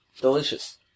Delicious